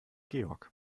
georg